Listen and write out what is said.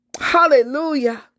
Hallelujah